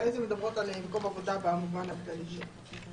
ואילו מדברות על מקום עבודה במובן הכללי שלו.